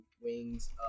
wings